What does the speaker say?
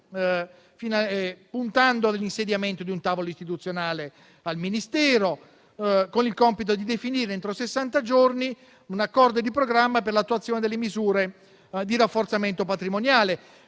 puntando all'insediamento di un tavolo istituzionale al Ministero con il compito di definire, entro sessanta giorni, un accordo di programma per l'attuazione delle misure di rafforzamento patrimoniale.